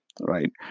Right